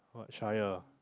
Acharya